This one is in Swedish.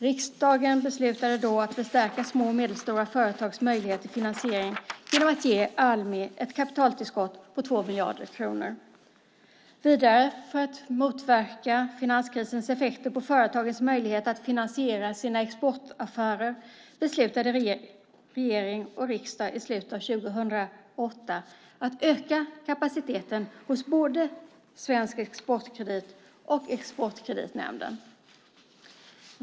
Riksdagen beslutade då att förstärka små och medelstora företags möjligheter till finansiering genom att ge Almi ett kapitaltillskott på 2 miljarder kronor. För att motverka finanskrisens effekter på företagens möjligheter att finansiera sina exportaffärer beslutade regering och riksdag i slutet av år 2008 att öka kapaciteten hos både Svensk Exportkredit och Exportkreditnämnden.